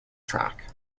track